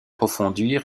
d’approfondir